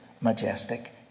majestic